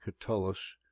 catullus